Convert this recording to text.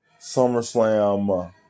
SummerSlam